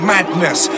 Madness